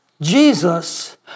Jesus